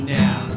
now